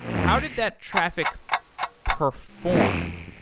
how did that traffic perform?